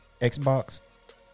Xbox